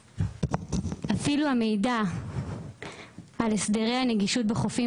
אפילו המידע על הסדרי הנגישות בחופים